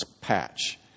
patch